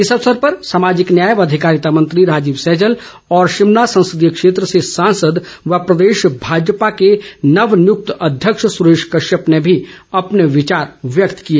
इस अवसर पर सामाजिक न्याय व अधिकारिता मंत्री राजीव सैजल और शिमला संसदीय क्षेत्र से सांसद व प्रदेश भाजपा के नवनियुक्त अध्यक्ष सुरेश कश्यप ने भी अपने विचार व्यक्त किए